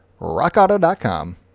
rockauto.com